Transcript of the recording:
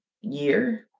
year